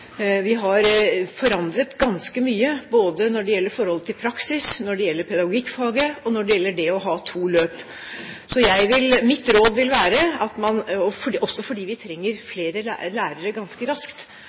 Vi har forandret ganske mye, både når det gjelder praksis, når det gjelder pedagogikkfaget, og når det gjelder det å ha to løp. Mitt råd vil være – også fordi vi trenger flere lærere ganske raskt – at vi ikke forlenger nå, men at vi